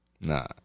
Nah